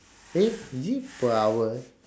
eh is it per hour